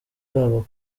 babo